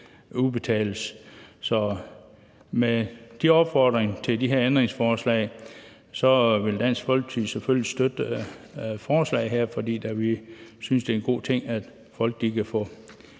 udbetales. Så med den opfordring i forhold til de her ændringsforslag vil Dansk Folkeparti selvfølgelig støtte forslaget her, for vi synes, det er en god ting, at folk kan få